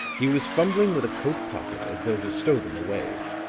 he was fumbling with a coat pocket as though to stow them away,